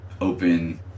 open